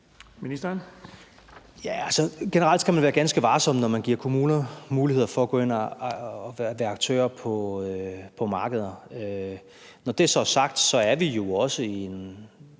Jørgensen): Generelt skal man være ganske varsom, når man giver kommuner muligheder for at gå ind og være aktører på markeder. Når det så er sagt, er vi jo også i en